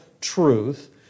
truth